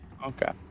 Okay